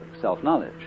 self-knowledge